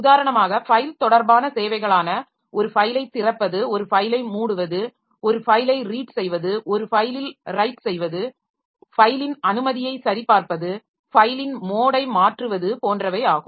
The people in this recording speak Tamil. உதாரணமாக ஃபைல் தொடர்பான சேவைகளான ஒரு ஃபைலைத் திறப்பது ஒரு ஃபைலை மூடுவது ஒரு ஃபைலை ரீட் செய்வது ஒரு ஃபைலில் ரைட் செய்வது ஃபைலின் அனுமதியை சரிபார்ப்பது ஃபைலின் மோடை மாற்றுவது போன்றவை ஆகும்